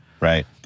Right